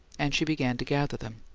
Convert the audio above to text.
and she began to gather them.